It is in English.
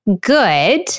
good